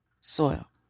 soil